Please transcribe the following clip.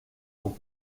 sont